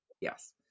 Yes